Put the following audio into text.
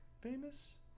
famous